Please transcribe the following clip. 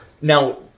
Now